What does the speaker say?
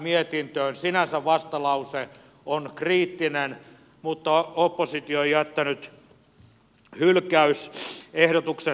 sinänsä vastalause on kriittinen mutta oppositio on jättänyt hylkäysehdotukset sisältävät vastalauseensa